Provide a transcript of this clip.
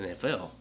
NFL